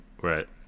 Right